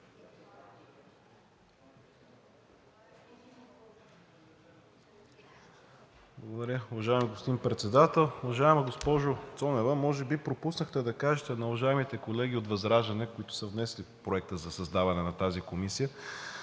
Благодаря, уважаеми господин Председател. Уважаема госпожо Цонева, може би пропуснахте да кажете на уважаемите колеги от ВЪЗРАЖДАНЕ, които са внесли Проекта за създаване на тази комисия,